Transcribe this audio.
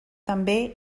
també